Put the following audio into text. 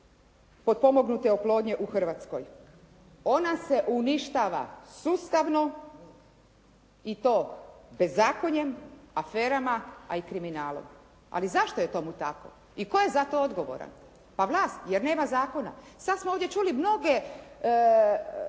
potpomognute oplodnje u Hrvatskoj? Ona se uništava sustavno i to bezakonjem, afera a i kriminalom. Ali zašto je tomu tako i tko je za to odgovoran. Pa vlast jer nema zakona. Sad smo ovdje čuli mnoge